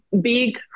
big